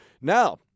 Now